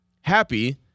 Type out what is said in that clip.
happy